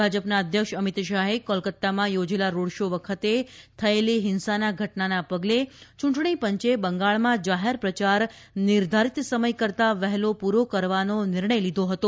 ભાજપના અધ્યક્ષ અમિત શાહે કોલકાતામાં યોજેલા રોડ શો વખતે થયેલી હિંસાની ઘટનાના પગલે ચૂંટણી પંચે બંગાળમાં જાહેર પ્રચાર નિર્ધારિત સમય કરતા વહેલો પૂરો કરવાનો નિર્ણય લીધો હતો